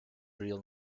real